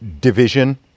division